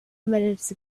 minutes